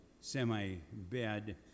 semi-bed